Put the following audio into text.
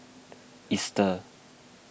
Easter